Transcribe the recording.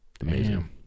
amazing